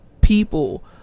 People